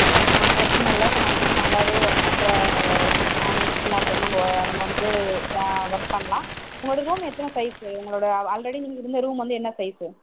ஓ ஒன்றும் பிரச்சனை இல்லை இப்போ நம்மக்கிட்ட நல்லாவே ஒர்க் பண்ற மேஸ்திரிலாம் இருக்காங்க நம்ப நம்ம வந்து ஒர்க் பண்ணலாம் உங்களோட ரூம் எத்தனை சைஸ்ஸு உங்களோட ஆல்ரெடி நீங்கள் இருந்த ரூம் வந்து என்ன சைஸ்ஸு